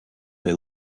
they